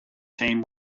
team